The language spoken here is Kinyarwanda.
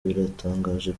biratangaje